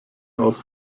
aus